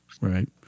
right